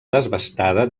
desbastada